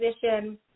position